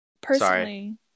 Personally